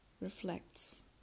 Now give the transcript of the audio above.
reflects